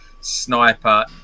sniper